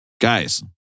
Guys